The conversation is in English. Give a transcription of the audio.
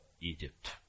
Egypt